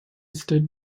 estate